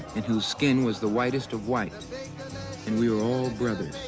and whose skin was the whitest of white. and we were all brothers.